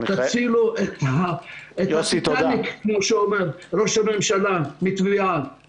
תצילו את הטיטאניק, כמו שאמר ראש הממשלה, מטביעה.